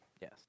yes